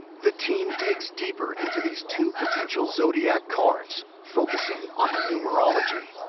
the team digs deeper into these two potential zodiac cards, focusing on the numerology.